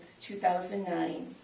2009